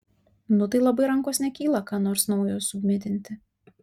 nu tai labai rankos nekyla ką nors naujo submitinti